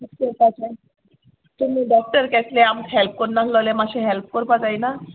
कित कोरपाचें तुमी डॉक्टर केसलें आमकां हॅल्प कोरनाहलोले मातशें हेल्प कोरपा जायना